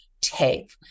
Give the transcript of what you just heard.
take